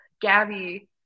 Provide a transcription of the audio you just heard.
Gabby